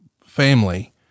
family